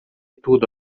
tudo